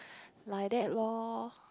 like that lor